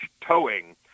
towing